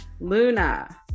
Luna